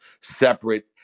separate